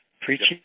Preaching